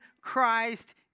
Christ